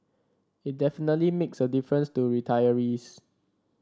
it definitely makes a difference to retirees